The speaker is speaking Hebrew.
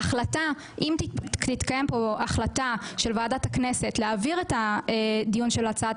אם תתקיים פה החלטה של ועדת הכנסת להעביר את הדיון של הצעת